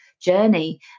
journey